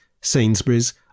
Sainsbury's